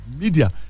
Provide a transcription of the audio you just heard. media